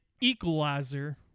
Equalizer